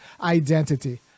identity